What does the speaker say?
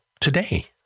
today